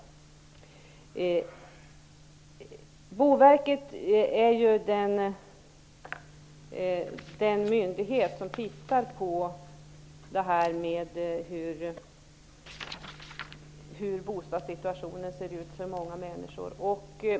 Boverket är ju den myndighet som ser över bostadssituationen för många människor.